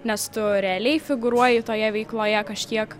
nes tu realiai figūruoji toje veikloje kažkiek